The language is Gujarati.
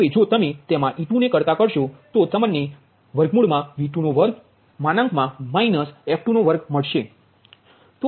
એનો અર્થ એ કે e2 બરાબર V22 f22 આવે